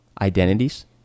Identities